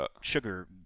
sugar